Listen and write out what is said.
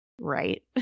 right